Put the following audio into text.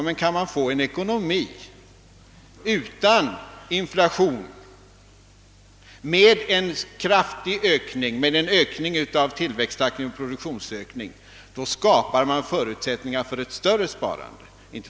Men kan man få en ekonomi utan inflation och med en kraftig ökning av tillväxttakten, en kraftig produktionsökning, så skapar man förutsättningar för ett rande.